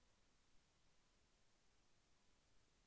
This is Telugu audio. మిర్చి ధర ఎంత?